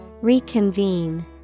Reconvene